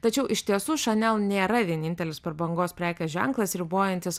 tačiau iš tiesų šanel nėra vienintelis prabangos prekės ženklas ribojantis